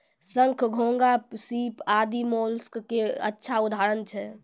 शंख, घोंघा, सीप आदि मोलस्क के अच्छा उदाहरण छै